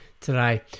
today